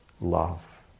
love